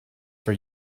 for